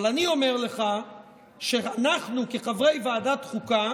אבל אני אומר לך שאנחנו כחברי ועדת החוקה